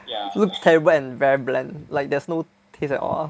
look terrible and very bland like there's no taste at all ah